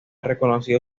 reconocido